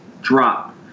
drop